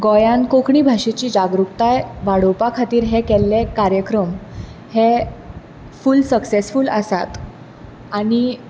गोंयांत कोंकणी भाशेची जागृकताय वाडोवपा खातीर हे केल्ले कार्यक्रम हे फूल सक्सॅसफूल आसात